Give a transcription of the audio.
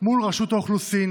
מול רשות האוכלוסין,